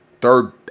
Third